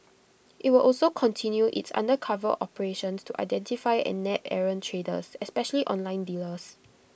IT will also continue its undercover operations to identify and nab errant traders especially online dealers